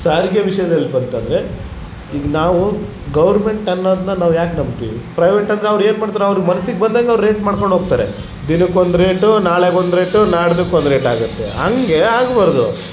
ಸಾರಿಗೆ ವಿಷಯದಲ್ಲಿ ಬಂತಂದರೆ ಈಗ ನಾವು ಗೋರ್ಮೆಂಟ್ ಅನ್ನೋದ್ನ ನಾವು ಯಾಕೆ ನಂಬ್ತಿವಿ ಪ್ರೈವೇಟ್ ಅಂದ್ರೆ ಅವ್ರು ಏನ್ಮಾಡ್ತಾರೆ ಅವ್ರ ಮನಸಿಗೆ ಬಂದಂಗೆ ಅವ್ರು ರೇಟ್ ಮಾಡ್ಕೊಂಡು ಹೋಗ್ತಾರೆ ದಿನಕೊಂದು ರೇಟು ನಾಳೆಗೊಂದು ರೇಟು ನಾಡ್ದಕೊಂದ್ ರೇಟ್ ಆಗುತ್ತೆ ಹಂಗೆ ಆಗಬಾರ್ದು